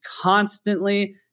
constantly